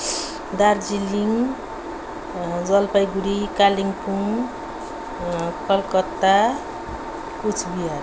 Darjeeling Jalpaiguri Kalimpong Calcutta Cooch Bihar